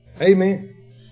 Amen